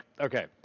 Okay